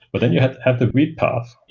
but then you have the read part.